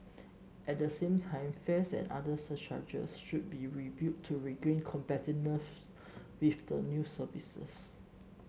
at the same time fares and other surcharges should be reviewed to regain competitiveness with the new services